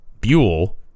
Buell